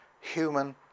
human